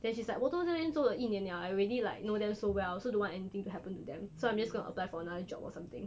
then she's like 我都在这边做了一年了 I really like know them so well so don't want anything to happen to them so I'm just gonna apply for another job or something